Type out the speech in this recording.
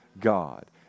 God